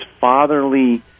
fatherly